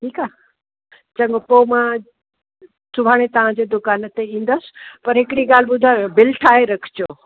ठीकु आहे चङो पोइ मां सुभाणे तव्हां जे दुकान ते ईंदसि पर हिकिड़ी ॻाल्हि ॿुधायांव बिल ठाहे रखिजो